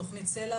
תכנית סלע,